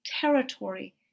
territory